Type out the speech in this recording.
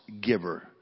giver